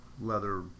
leather